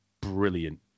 brilliant